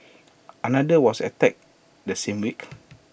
another was attacked the same week